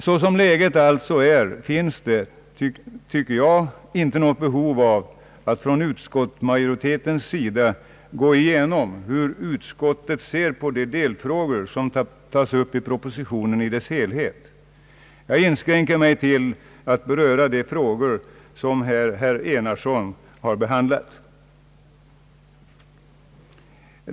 Så som läget alltså är finns det, tycker jag, inte något behov av att från utskottsmajoritetens sida gå igenom hur utskottet ser på delfrågor som tas upp i propositionen i dess helhet. Jag in skränker mig till att beröra de frågor som herr Enarsson här har behandlat.